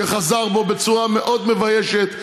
שחזר בו בצורה מאוד מביישת,